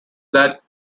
that